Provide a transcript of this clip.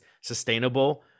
sustainable